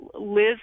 Liz